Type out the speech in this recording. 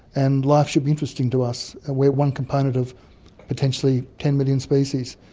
and life should be interesting to us. we're one component of potentially ten million species.